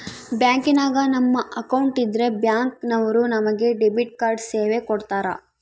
ಬ್ಯಾಂಕಿನಾಗ ನಮ್ಮ ಅಕೌಂಟ್ ಇದ್ರೆ ಬ್ಯಾಂಕ್ ನವರು ನಮಗೆ ಡೆಬಿಟ್ ಕಾರ್ಡ್ ಸೇವೆ ಕೊಡ್ತರ